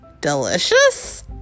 Delicious